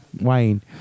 Wayne